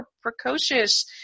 precocious